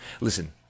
Listen